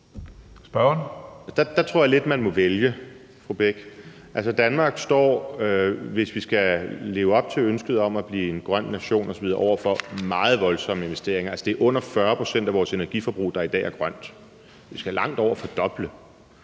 Der tror jeg lidt, man må vælge, fru Lise Bech. Altså, Danmark står, hvis vi skal leve op til ønsket om at blive en grøn nation osv., over for meget voldsomme investeringer. Det er under 40 pct. af vores energiforbrug, der i dag er grønt, så vi skal langt mere end fordoble